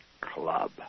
club